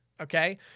Okay